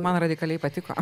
man radikaliai patiko